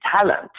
talent